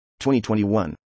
2021